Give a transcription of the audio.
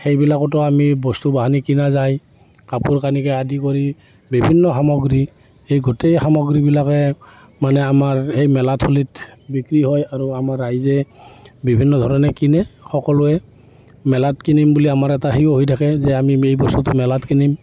সেইবিলাকতো আমি বস্তু বাহানি কিনা যায় কাপোৰ কানিকে আদি কৰি বিভিন্ন সামগ্ৰী এই গোটেই সামগ্ৰীবিলাকে মানে আমাৰ সেই মেলাথলীত বিক্ৰী হয় আৰু আমাৰ ৰাইজে বিভিন্ন ধৰণে কিনে সকলোৱে মেলাত কিনিম বুলি আমাৰ এটা সেই হৈ থাকে যে আমি এই বস্তুটো মেলাত কিনিম